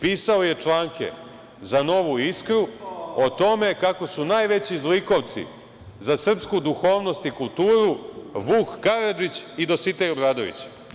Pisao je članke za „Novu Iskru“ o tome kako su najveći zlikovci za srpsku duhovnost i kulturu Vuk Karadžić i Dositej Obradović.